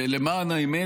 ולמען האמת,